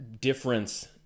difference